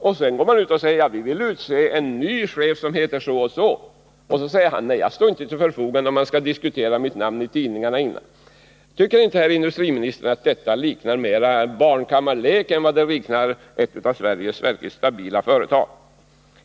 Och sedan vill man utse en person till ny chef. Då säger denne: Nej, jag står inte till förfogande om man i förväg diskuterar mitt namn i tidningarna. Tycker inte industriministern att detta mera liknar barnkammarlek än ett av Sveriges verkligt stabila företag?